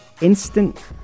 instant